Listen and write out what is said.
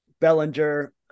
Bellinger